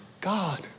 God